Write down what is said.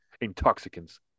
intoxicants